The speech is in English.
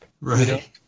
Right